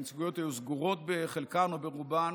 הנציגויות היו סגורות בחלקן או ברובן,